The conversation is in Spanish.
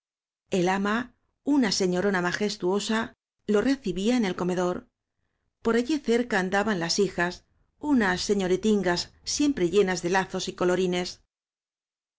el ama una señorona majestuosa lo recibía en el comedor por allí cerca andaban las hi jas unas señoritingas siempre llenas de lazos y colorines